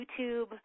YouTube